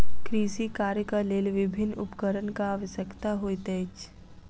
कृषि कार्यक लेल विभिन्न उपकरणक आवश्यकता होइत अछि